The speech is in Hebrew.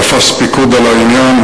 תפס פיקוד על העניין,